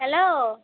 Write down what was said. hello